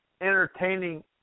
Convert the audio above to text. entertaining